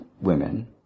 women